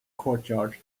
courtyard